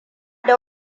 da